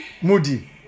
Moody